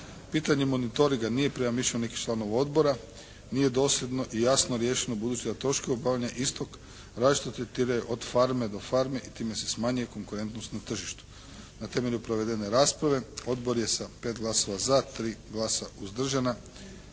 Pitanje monitoringa nije prema mišljenju nekih članova odbora nije dosljedno i jasno riješeno budući da troškovi obavljanja istog različito tretiraju od farme do farme i time se smanjuje konkurentnost na tržištu. Na temelju provedene rasprave odbor je sa pet glasova za, tri glasa uzdržana